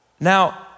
Now